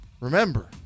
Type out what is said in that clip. Remember